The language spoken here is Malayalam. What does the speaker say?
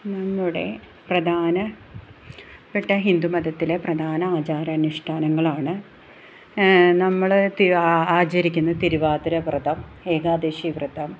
നമ്മുടെ പ്രാധാനപ്പെട്ട ഹിന്ദുമതത്തിലെ പ്രാധാന ആചാരാനുഷ്ടാനങ്ങളാണ് നമ്മള് ആചരിക്കുന്ന തിരുവാതിരവ്രതം ഏകാദശി വ്രതം